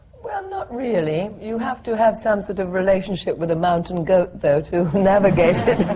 well, not really. you have to have some sort of relationship with a mountain goat, though, to navigate it.